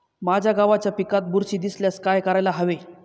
माझ्या गव्हाच्या पिकात बुरशी दिसल्यास काय करायला हवे?